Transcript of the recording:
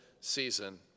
season